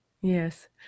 Yes